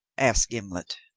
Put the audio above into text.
asked gimblet.